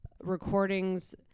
recordings